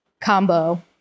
combo